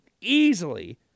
easily